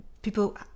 People